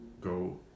go